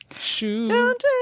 Shoot